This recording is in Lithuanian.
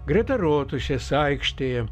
greta rotušės aikštėje